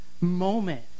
moment